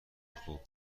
خوب